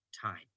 time